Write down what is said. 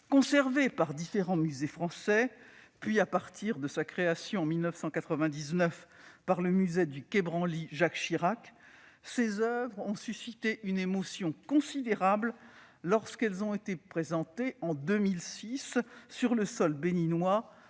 Conservées par différents musées français puis, à partir de sa création en 1999, par le musée du quai Branly-Jacques Chirac, ces oeuvres ont suscité une émotion considérable lorsqu'elles ont été présentées sur le sol béninois,